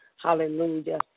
Hallelujah